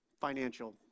Financial